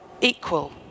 equal